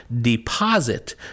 deposit